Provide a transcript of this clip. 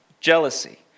jealousy